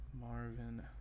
Marvin